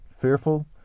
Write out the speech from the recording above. fearful